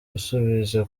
gusubiza